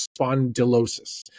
spondylosis